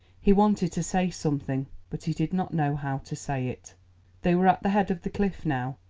he wanted to say something, but he did not know how to say it they were at the head of the cliff now,